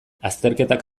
azterketak